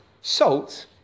salt